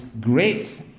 great